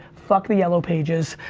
fuck the yellow pages.